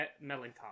melancholy